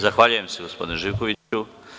Zahvaljujem se, gospodine Živkoviću.